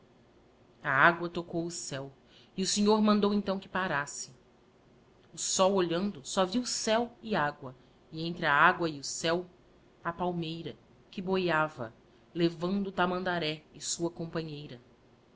a agua tocou o céu e o senhor mandou então que parasse o sol olhando só viu céu e agua e entre a agua e o céu a palmeira que boiava levando tamandaré e sua companheira